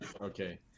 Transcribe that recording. okay